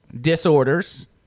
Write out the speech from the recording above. disorders